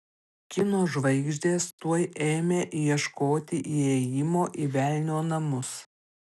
kino žvaigždės tuoj ėmė ieškoti įėjimo į velnio namus